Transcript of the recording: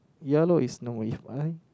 ya lor is no If I